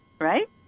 Right